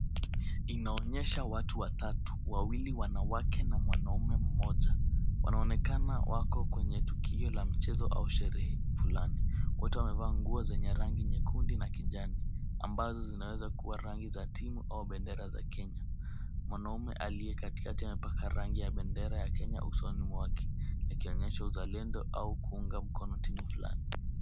Inaonyesha watu watatu wawili wanawake na mwanaume mmoja, wanaonekana wako kwenye tukio la mchezo au sherehe fulani. Wote wamevaa nguo zenye rangi nyekundi na kijani, ambazo zinaweza kuwa rangi za timu au bendera za Kenya. Mwanaume aliye katikati amepaka rangi ya bendera ya Kenya usoni mwake, akionyesha uzalendo au kuunga mkono timu fulani.